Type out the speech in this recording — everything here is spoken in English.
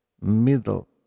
middle